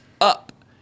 up